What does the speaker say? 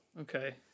Okay